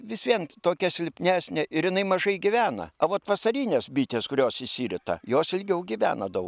vis vien tokia silpnesnė ir jinai mažai gyvena a vot vasarinės bitės kurios išsirita jos ilgiau gyvena daug